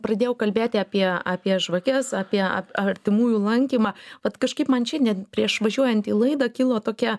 pradėjau kalbėti apie apie žvakes apie artimųjų lankymą vat kažkaip man šiandien prieš važiuojant į laidą kilo tokia